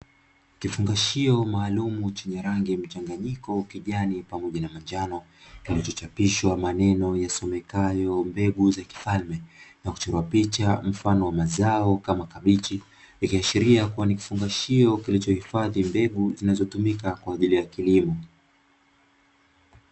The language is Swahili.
Kifungashio maalumu chenye rangi mchanganyiko kijani pamoja na manjano kilichochapishwa maneno yasomekayo "Mbegu za kifalme", na kuchorwa picha mfano wa mazao kama kabichi ikiashiria kuwa ni kifungashio kilichohifadhi mbegu zinazotumika kwa ajili ya kilimo.